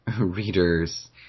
readers